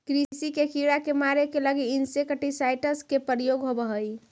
कृषि के कीड़ा के मारे के लगी इंसेक्टिसाइट्स् के प्रयोग होवऽ हई